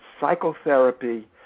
psychotherapy